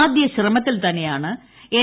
ആദ്യശ്രമത്തിൽ തന്നെയാണ് എൻ